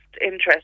interest